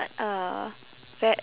like uh ve~